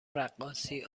رقاصی